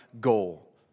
goal